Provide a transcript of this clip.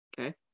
okay